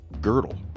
girdle